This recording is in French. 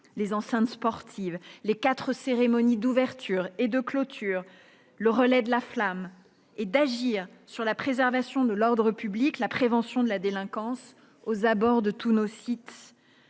des enceintes sportives, avec quatre cérémonies d'ouverture et de clôture, le relais de la flamme, mais également la préservation de l'ordre public et la prévention de la délinquance aux abords de tous nos sites,